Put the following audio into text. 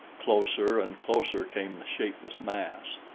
closer and closer came the shapeless mass.